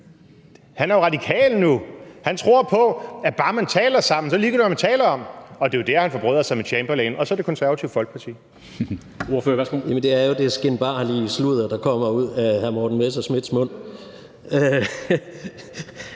Han er jo radikal nu. Han tror på, at bare man taler sammen, er det ligegyldigt, hvad man taler om, og det er jo der, han forbrødrer sig med Chamberlain og Det Konservative Folkeparti.